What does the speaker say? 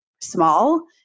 small